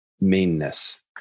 meanness